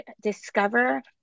Discover